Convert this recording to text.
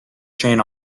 chain